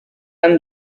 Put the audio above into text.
anne